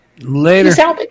Later